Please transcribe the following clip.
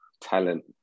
talent